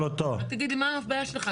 תגיד לי, מה הבעיה שלך?